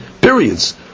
periods